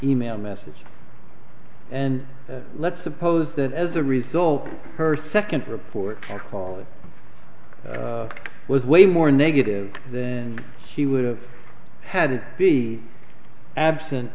e mail message and let's suppose that as a result her second report can call it was way more negative then she would have had to be absent